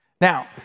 Now